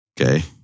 Okay